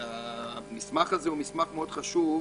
הוא מסמך מאד חשוב,